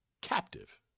captive